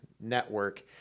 network